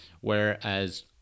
Whereas